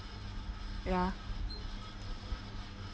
ya